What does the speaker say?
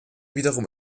wiederum